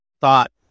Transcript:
thought